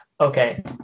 Okay